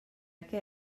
què